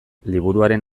liburuaren